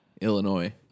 Illinois